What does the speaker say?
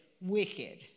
wicked